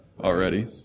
already